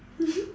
mmhmm